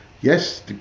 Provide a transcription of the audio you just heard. yes